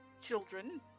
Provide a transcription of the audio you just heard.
children